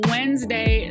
Wednesday